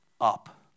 up